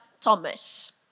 Thomas